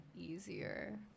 easier